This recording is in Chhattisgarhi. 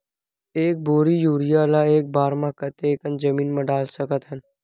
एक बोरी यूरिया ल एक बार म कते कन जमीन म डाल सकत हन?